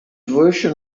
version